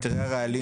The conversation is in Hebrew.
מהיתרי הרעלים.